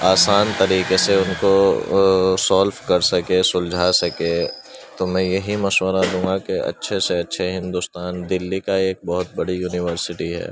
آسان طریقے سے ان ک سولو کر سکے سلجھا سکے تو میں یہی مشورہ دوں گا کہ اچھے سے اچھے ہندوستان دلی کا ایک بہت بڑی یونیورسٹی ہے